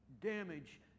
damage